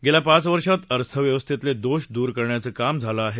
गेल्या पाच वर्षात अर्थव्यवस्थेतले दोष दूर करण्याचं काम झालं आहे